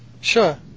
Sure